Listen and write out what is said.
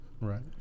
Right